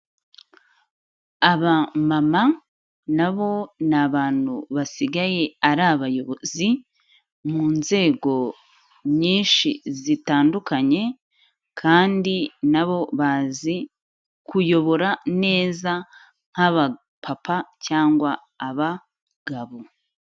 Abamama na bo ni abantu basigaye ari abayobozi mu nzego nyinshi zitandukanye, kandi na bo bazi kuyobora neza nk'abapapa cyangwa abagabo.